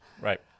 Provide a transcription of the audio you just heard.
Right